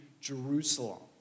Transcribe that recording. Jerusalem